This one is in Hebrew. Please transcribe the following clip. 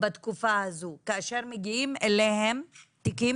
בתקופה הזו כאשר מגיעים אליהם תיקים